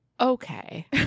Okay